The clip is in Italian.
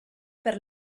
per